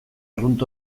arrunt